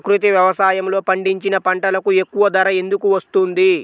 ప్రకృతి వ్యవసాయములో పండించిన పంటలకు ఎక్కువ ధర ఎందుకు వస్తుంది?